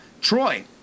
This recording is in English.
Troy